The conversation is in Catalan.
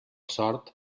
sort